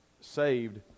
saved